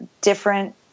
different